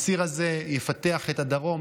הציר הזה יפתח את הדרום,